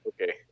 okay